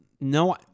No